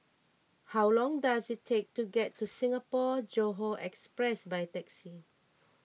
how long does it take to get to Singapore Johore Express by taxi